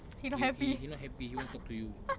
he he he not happy he want to talk to you